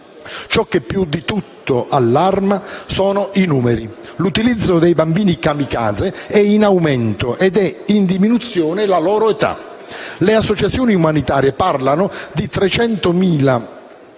Ciò che più di tutto allarma sono i numeri. L'utilizzo dei bambini *kamikaze* è in aumento ed è in diminuzione la loro età. Le associazioni umanitarie parlano di 300.000 bambini